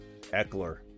Eckler